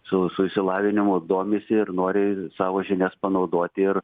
su su išsilavinimu domisi ir nori savo žinias panaudoti ir